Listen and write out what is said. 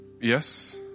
yes